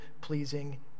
pleasing